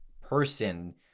person